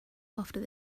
after